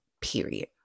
period